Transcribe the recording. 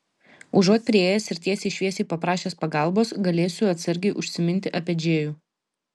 užuot priėjęs ir tiesiai šviesiai paprašęs pagalbos galėsiu atsargiai užsiminti apie džėjų